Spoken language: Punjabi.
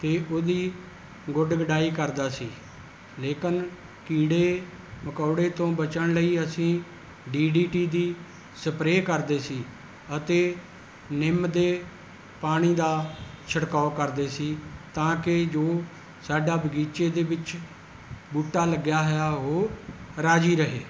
ਅਤੇ ਉਹਦੀ ਗੁਡ ਗੁਡਾਈ ਕਰਦਾ ਸੀ ਲੇਕਿਨ ਕੀੜੇ ਮਕੌੜੇ ਤੋਂ ਬਚਣ ਲਈ ਅਸੀਂ ਡੀ ਡੀ ਟੀ ਦੀ ਸਪਰੇਅ ਕਰਦੇ ਸੀ ਅਤੇ ਨਿੰਮ ਦੇ ਪਾਣੀ ਦਾ ਛਿੜਕਾਓ ਕਰਦੇ ਸੀ ਤਾਂ ਕਿ ਜੋ ਸਾਡਾ ਬਗੀਚੇ ਦੇ ਵਿੱਚ ਬੂਟਾ ਲੱਗਿਆ ਹੋਇਆ ਉਹ ਰਾਜ਼ੀ ਰਹੇ